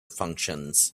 functions